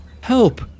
Help